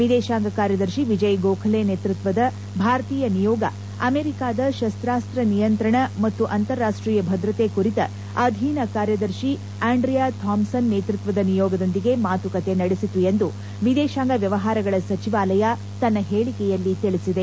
ವಿದೇಶಾಂಗ ಕಾರ್ಯದರ್ಶಿ ವಿಜಯ್ ಗೋಖಲೆ ನೇತ್ಪತ್ಸದ ಭಾರತೀಯ ನಿಯೋಗ ಅಮೆರಿಕಾದ ಶಸ್ತಾಸ್ತ್ರ ನಿಯಂತ್ರಣ ಮತ್ತು ಅಂತಾರಾಷ್ಟೀಯ ಭದ್ರತೆ ಕುರಿತ ಅಧೀನ ಕಾರ್ಯದರ್ಶಿ ಆಂಡ್ರಿಯಾ ಥಾಂಪ್ಪನ್ ನೇತ್ಪತ್ತದ ನಿಯೋಗದೊಂದಿಗೆ ಮಾತುಕತೆ ನಡೆಸಿತು ಎಂದು ವಿದೇಶಾಂಗ ವ್ಯವಹಾರಗಳ ಸಚಿವಾಲಯ ತನ್ನ ಹೇಳಿಕೆಯಲ್ಲಿ ತಿಳಿಸಿದೆ